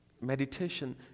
meditation